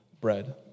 bread